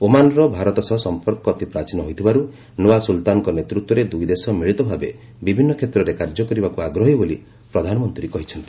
ଓମାନର ଭାରତ ସହ ସଂପର୍କ ଅତି ପ୍ରାଚୀନ ହୋଇଥିବାରୁ ନୂଆ ସୁଲତାନଙ୍କ ନେତୃତ୍ୱରେ ଦୁଇଦେଶ ମିଳିତ ଭାବେ ବିଭିନ୍ନ କ୍ଷେତ୍ରରେ କାର୍ଯ୍ୟ କରିବାକୁ ଆଗ୍ରହୀ ବୋଲି ପ୍ରଧାନମନ୍ତ୍ରୀ କହିଛନ୍ତି